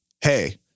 hey